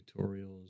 tutorials